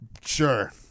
sure